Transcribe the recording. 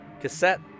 cassette